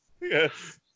Yes